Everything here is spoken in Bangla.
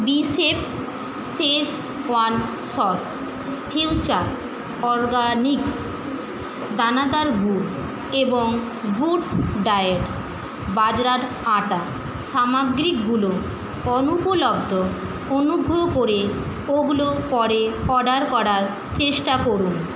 বিশেফ শেজওয়ান সস ফিউচার অরগানিক্স দানাদার গুড় এবং গুড ডায়েট বাজরার আটা সামাগ্রীগুলো অনুপলব্ধ অনুগ্রহ করে ওগুলো পরে অর্ডার করার চেষ্টা করুন